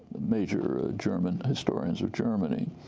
major german historians of germany.